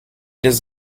does